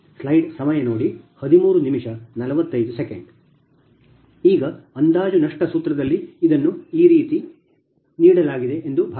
ಈಗ ಅಂದಾಜು ನಷ್ಟ ಸೂತ್ರದಲ್ಲಿ ಇದನ್ನು ಈ ರೀತಿ ನೀಡಲಾಗಿದೆ ಎಂದು ಭಾವಿಸೋಣ